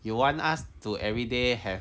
you want us to everyday have